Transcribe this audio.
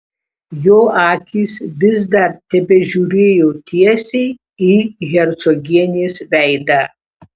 jo akys vis dar tebežiūrėjo tiesiai į hercogienės veidą